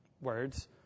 words